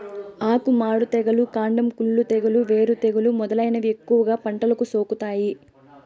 ఆకు మాడు తెగులు, కాండం కుళ్ళు తెగులు, వేరు తెగులు మొదలైనవి ఎక్కువగా పంటలకు సోకుతాయి